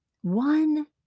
One